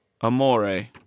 Amore